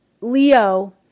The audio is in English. Leo